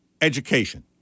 education